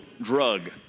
drug